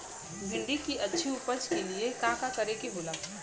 भिंडी की अच्छी उपज के लिए का का करे के होला?